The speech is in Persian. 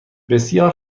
بسیار